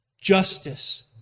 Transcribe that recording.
justice